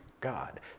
God